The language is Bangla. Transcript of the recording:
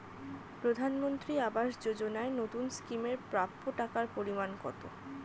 প্রধানমন্ত্রী আবাস যোজনায় নতুন স্কিম এর প্রাপ্য টাকার পরিমান কত?